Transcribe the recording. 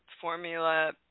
formula